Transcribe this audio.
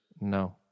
No